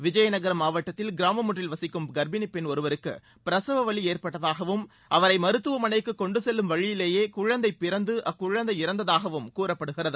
விஜயநகரம் மாவட்டத்தில் கிராமம் ஒன்றில் வசிக்கும் கர்ப்பிணி பெண் ஒருவருக்கு பிரசவ வலி ஏற்பட்டதாகவும் அவரை மருத்துவமனைக்கு கொண்டு செல்லும் வழியிலேயே குழந்தை பிறந்து அக்குழந்தை இறந்ததாகவும் கூறப்படுகிறது